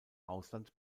ausland